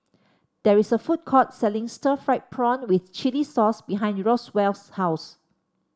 there is a food court selling Stir Fried Prawn with Chili Sauce behind Roswell's house